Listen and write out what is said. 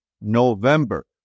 November